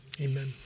amen